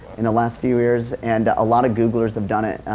in the last few years, and a lot of googlers have done it.